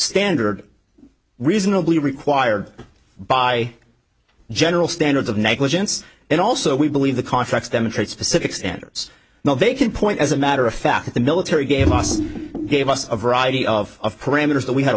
standard reasonably required by general standards of negligence and also we believe the contracts demonstrate specific standards now they can point as a matter of fact the military gave us gave us a variety of parameters that we had